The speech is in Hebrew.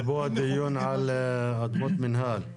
אבל פה הדיון על אדמות מנהל.